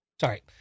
Sorry